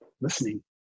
listening